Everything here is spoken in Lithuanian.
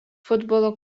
futbolo